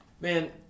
man